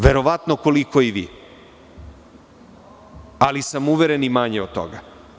Verovatno koliko i vi, ali sam uveren - i manje od toga.